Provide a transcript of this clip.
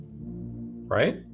Right